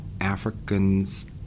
Africans